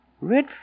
Red